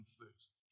first